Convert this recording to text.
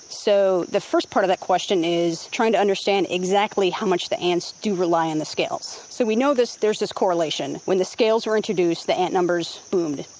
so the first part of that question is trying to understand exactly how much the ants do rely on the scales. so we know there's this correlation when the scales were introduced, the ant numbers boomed.